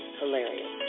hilarious